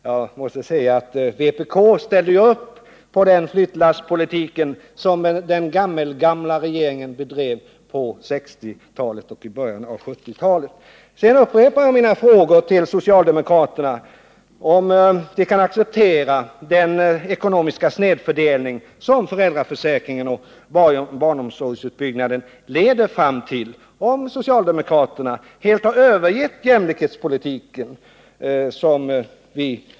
Jag måste säga att vpk ställer ju upp på den politiken, som den gammelgamla regeringen bedrev på 1960-talet och i början av 1970-talet. Jag upprepar mina frågor till socialdemokraterna: Kan ni acceptera den ekonomiska snedfördelning som = föräldraförsäkringen och = barnomsorgsutbyggnaden leder fram till? Har socialdemokraterna helt övergivit jämlikhetspolitiken?